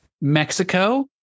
Mexico